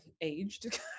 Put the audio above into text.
aged